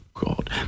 God